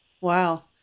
Wow